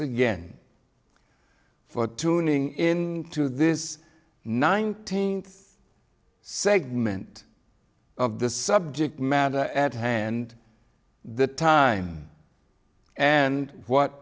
again for tuning in to this nineteenth segment of the subject matter at the time and what